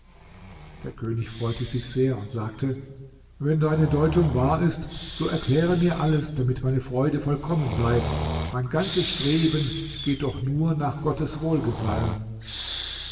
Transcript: der könig freute sich sehr und sagte wenn deine deutung war ist so erkläre mir alles damit meine freude vollkommen sei mein ganzes streben geht doch nur nach gottes wohlgefallen